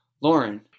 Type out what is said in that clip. Lauren